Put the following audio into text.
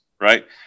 right